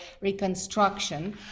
reconstruction